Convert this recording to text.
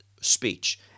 speech